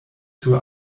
sur